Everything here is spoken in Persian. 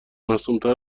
معصومتر